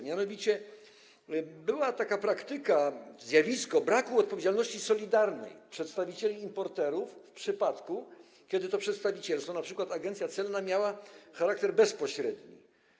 Mianowicie była taka praktyka, zjawisko braku odpowiedzialności solidarnej przedstawicieli importerów w przypadku, kiedy to przedstawicielstwo, np. agencja celna, miało charakter bezpośredni.